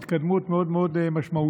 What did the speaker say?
נמצאים בהתקדמות מאוד מאוד משמעותית